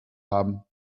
haben